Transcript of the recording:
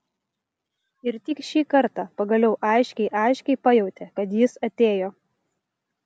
ir tik šį kartą pagaliau aiškiai aiškiai pajautė kad jis atėjo